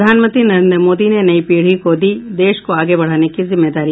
प्रधानमंत्री नरेन्द्र मोदी ने नई पीढ़ी को दी देश को आगे बढ़ाने की जिम्मेदारी